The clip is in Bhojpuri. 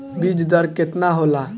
बीज दर केतना होला?